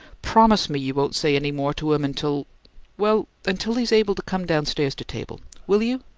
promise me you won't say any more to him until well, until he's able to come downstairs to table. will you?